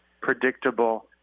predictable